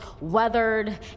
weathered